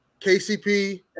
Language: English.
KCP